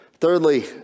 Thirdly